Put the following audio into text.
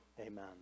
amen